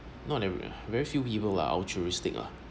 not every very few people are altruistic ah